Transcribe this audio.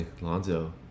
Lonzo